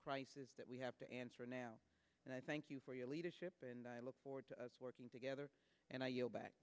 crisis that we have to answer now and i thank you for your leadership and i look forward to working together and i yield back